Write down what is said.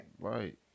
Right